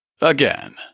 Again